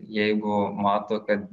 jeigu mato kad